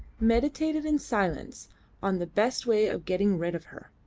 meditated in silence on the best way of getting rid of her.